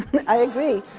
but i agree.